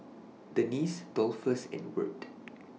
Denese Dolphus and Wirt